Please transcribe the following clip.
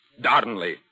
Darnley